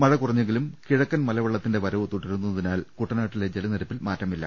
മഴ കുറഞ്ഞെങ്കിലും കിഴക്കൻ മലവെള്ളത്തിന്റെ വരവ് തുടരുന്നതിനാൽ കു ട്ടനാട്ടിലെ ജലനിരപ്പിൽ മാറ്റമില്ല